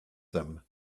them